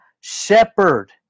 shepherd